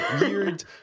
weird